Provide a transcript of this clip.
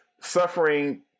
suffering